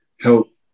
help